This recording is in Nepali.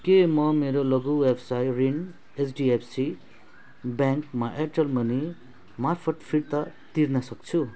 के म मेरो लघु व्यवसाय ऋण एचडिएफसी ब्याङ्कमा एयरटेल मनी मार्फत् फिर्ता तिर्नसक्छु